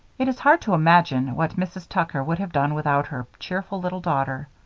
it is hard to imagine what mrs. tucker would have done without her cheerful little daughter.